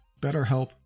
BetterHelp